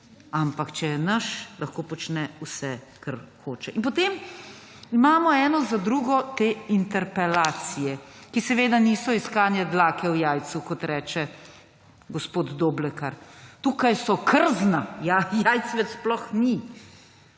Ampak če je naš, lahko počne vse, kar hoče. In potem imamo eno za drugo te interpelacije, ki seveda niso iskanje dlake v jajcu, kot reče gospod Doblekar. Tukaj so krzna, ja, jajc več sploh ni.